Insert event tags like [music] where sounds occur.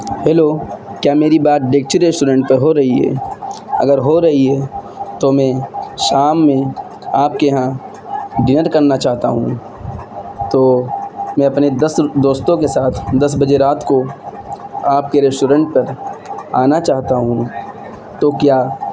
hello کیا میری بات [unintelligible] ریسٹورنٹ پہ ہو رہی ہے اگر ہو رہی ہے تو میں شام میں آپ کے یہاں ڈنر کرنا چاہتا ہوں تو میں اپنے دس دوستوں کے ساتھ دس بجے رات کو آپ کے ریسٹورنٹ پر آنا چاہتا ہوں تو کیا